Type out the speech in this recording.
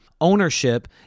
Ownership